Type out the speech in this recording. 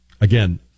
Again